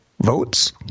votes